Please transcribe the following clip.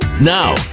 Now